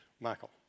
Michael